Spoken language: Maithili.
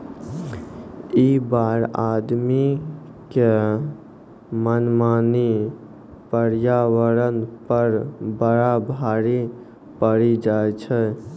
कई बार आदमी के मनमानी पर्यावरण पर बड़ा भारी पड़ी जाय छै